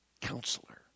counselor